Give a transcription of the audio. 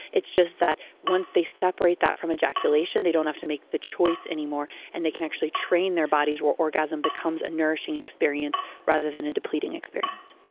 it's just that once they separate that from ejaculation they don't have to make the choice anymore and they can actually train their bodies were orgasm becomes a nourishing experience rather than a depleting experience.